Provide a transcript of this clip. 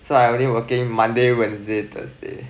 so I only working monday wednesday thursday